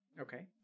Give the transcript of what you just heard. Okay